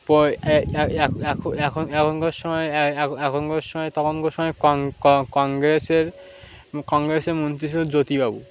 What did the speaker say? এখন এখনকার সময় এখনকার সময় তখনকার সময় কংগ্রেসের কংগ্রেসের মন্ত্রী ছিল জ্যোতিবাবু